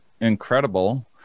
incredible